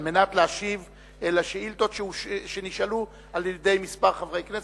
על מנת להשיב על שאילתות שנשאלו על-ידי כמה חברי כנסת,